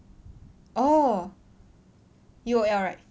orh U_O_L right